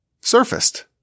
surfaced